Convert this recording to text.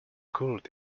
cult